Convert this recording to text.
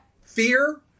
fear